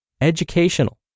educational